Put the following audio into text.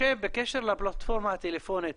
משה, בקשר לפלטפורמה הטלפונית.